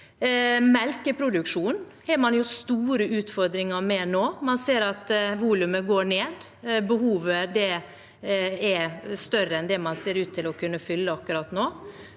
Melkeproduksjonen har man store utfordringer med nå. Man ser at volumet går ned, og at behovet er større enn det man ser ut til å kunne fylle akkurat nå.